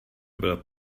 bylo